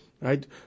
right